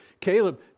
caleb